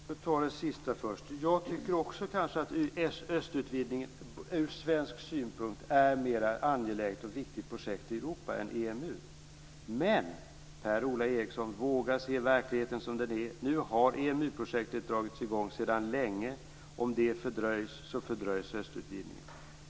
Fru talman! Låt mig ta det sista först. Jag tycker också att östutvidgningen ur svensk synpunkt kanske är ett mer angeläget och viktigt projekt i Europa än EMU. Men, Per-Ola Eriksson, våga se verkligheten som den är! Nu har EMU-projektet dragits i gång sedan länge. Om det fördröjs så fördröjs östutvidgningen.